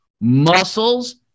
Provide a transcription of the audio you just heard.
muscles